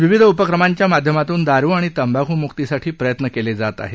विविध उपक्रमांच्या माध्यमातून दारू आणि तंबाखूमुक्तीसाठी प्रयत्न केले जात आहेत